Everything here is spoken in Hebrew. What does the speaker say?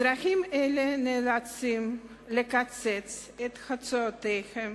אזרחים אלה נאלצים לקצץ את הוצאותיהם